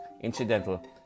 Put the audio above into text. incidental